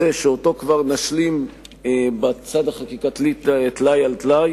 שאותו כבר נשלים בצד החקיקתי טלאי על טלאי,